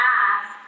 ask